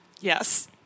Yes